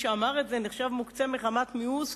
שאמר את זה נחשב מוקצה מחמת מיאוס,